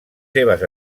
seves